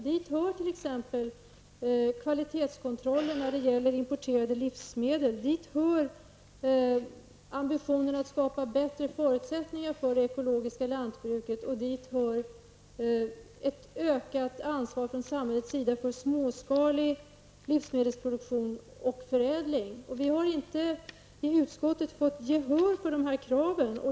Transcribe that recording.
Dit hör t.ex. kvalitetskontroll när det gäller importerade livsmedel, dit hör ambitionen att skapa bättre förutsättningar för det ekologiska lantbruket och dit hör även ett utökat ansvar från samhällets sida för småskalig livsmedelsproduktion samt livsmedelsförädling. Vi har inte i utskottet fått gehör för de här kraven.